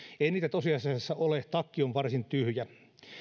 ei niitä tosiasiassa ole takki on varsin tyhjä